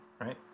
right